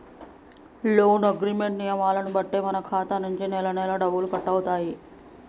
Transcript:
loan agreement నియమాలను బట్టే మన ఖాతా నుంచి నెలనెలా డబ్బులు కట్టవుతాయి